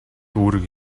үүрэг